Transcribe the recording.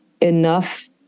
enough